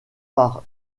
par